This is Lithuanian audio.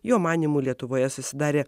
jo manymu lietuvoje susidarė